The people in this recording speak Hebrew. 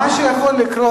מה שיכול לקרות,